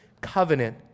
covenant